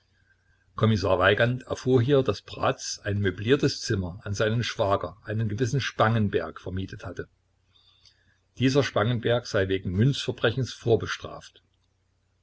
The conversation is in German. kommissar weigand erfuhr hier daß bratz ein möbliertes zimmer an seinen schwager einen gewissen spangenberg vermietet hatte dieser spangenberg sei wegen münzverbrechens vorbestraft